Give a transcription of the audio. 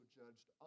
judged